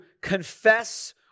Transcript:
confess